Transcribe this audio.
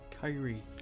Kyrie